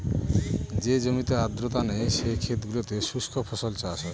যে জমিতে আর্দ্রতা নেই, সেই ক্ষেত গুলোতে শুস্ক ফসল চাষ হয়